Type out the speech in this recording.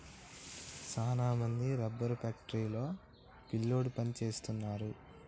సాన మంది rubber factory లో పిల్లోడు పని సేస్తున్నారు